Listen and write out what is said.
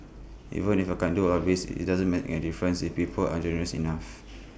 even if I can do all this IT doesn't make A difference if people aren't generous enough